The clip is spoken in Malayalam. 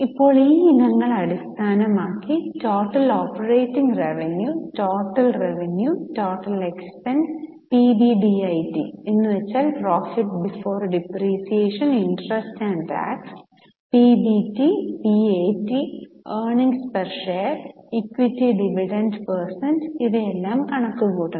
ഇപ്പോൾ ഈ ഇനങ്ങൾ അടിസ്ഥാനമാക്കി total operating revenue total revenue total expense PBDIT എന്ന് വച്ചാൽ profit before depreciation interest and tax PBT PAT earnings per share equity dividend percent ഇവയെല്ലാം കണക്കു കൂട്ടണം